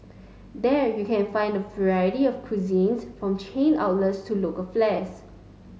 there you can find a variety of cuisine from chain outlets to local flies